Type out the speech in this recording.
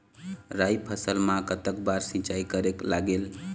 राई फसल मा कतक बार सिचाई करेक लागेल?